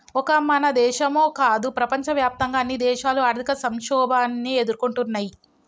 ఒక మన దేశమో కాదు ప్రపంచవ్యాప్తంగా అన్ని దేశాలు ఆర్థిక సంక్షోభాన్ని ఎదుర్కొంటున్నయ్యి